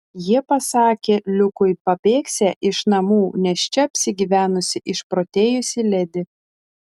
jie pasakė liukui pabėgsią iš namų nes čia apsigyvenusi išprotėjusi ledi